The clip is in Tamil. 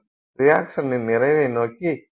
ரியக்சனின் நிறைவை நோக்கி நகர வேண்டும்